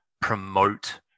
promote